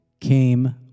came